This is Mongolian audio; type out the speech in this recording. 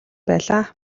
байлаа